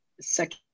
second